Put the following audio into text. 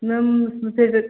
ma'am उसमें फिर